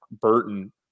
Burton